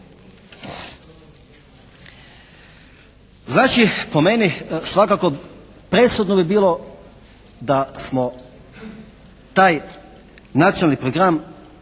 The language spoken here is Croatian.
Znači, po meni svakako presudno bi bilo da smo taj nacionalni program